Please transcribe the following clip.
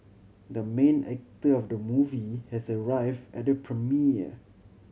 the main actor of the movie has arrived at the premiere